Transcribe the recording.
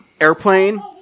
airplane